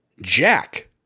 Jack